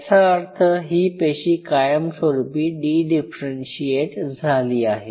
याचा अर्थ ही पेशी कायमस्वरूपी डी डिफरेंशीएट झाली आहे